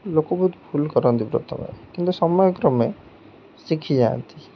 ଲୋକ ବହୁତ ଭୁଲ କରନ୍ତି ପ୍ରଥମେ କିନ୍ତୁ ସମୟ କ୍ରମେ ଶିଖିଯାଆନ୍ତି